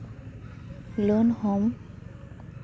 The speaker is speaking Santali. ᱞᱳᱱ ᱦᱚᱸᱢ